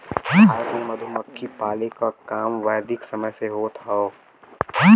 भारत में मधुमक्खी पाले क काम वैदिक समय से होत हौ